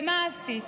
ומה עשית.